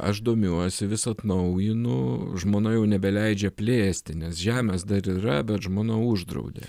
aš domiuosi vis atnaujinu žmona jau nebeleidžia plėsti nes žemės dar yra bet žmona uždraudė